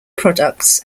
products